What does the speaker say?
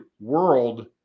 world